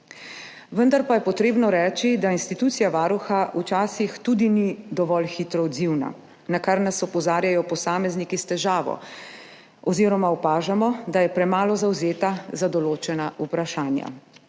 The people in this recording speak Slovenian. Vendar pa je treba reči, da institucija Varuha včasih tudi ni dovolj hitro odzivna, na kar nas opozarjajo posamezniki s težavo oziroma opažamo, da je premalo zavzeta za določena vprašanja.